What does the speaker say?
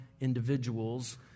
individuals